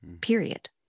period